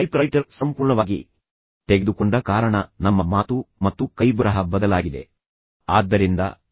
type writer ಸಂಪೂರ್ಣವಾಗಿ ತೆಗೆದುಕೊಂಡ ಕಾರಣ ನಮ್ಮ ಮಾತು ಬದಲಾಗಿದೆ ಮತ್ತು ಕೈಬರಹ ಬದಲಾಗಿದೆ ನಾವು ಟೈಪಿಂಗ್ ಅನ್ನು ಬಳಸುತ್ತೇವೆ ಮತ್ತು ನಾವು ಇನ್ನು ಮುಂದೆ ಬರೆಯುವುದಿಲ್ಲ